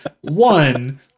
One